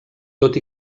tot